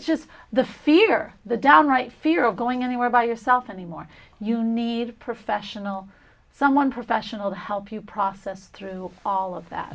just the fear the downright fear of going anywhere by yourself anymore you need professional someone professional to help you process through all of that